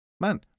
Man